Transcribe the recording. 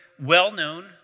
well-known